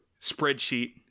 spreadsheet